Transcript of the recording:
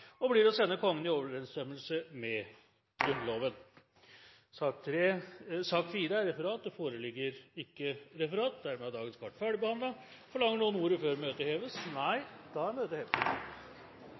og blir å sende Kongen i overensstemmelse med Grunnloven. Det foreligger ikke noe referat. Dermed er dagens kart ferdigbehandlet. Forlanger noen ordet før møtet heves?